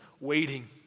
waiting